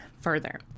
further